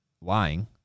lying